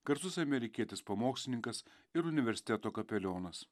garsus amerikietis pamokslininkas ir universiteto kapelionas